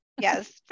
Yes